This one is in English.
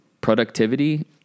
productivity